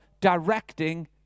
directing